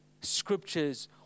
scriptures